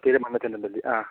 kilo മുന്നൂറ്റി എമ്പത്തഞ്ച് ആ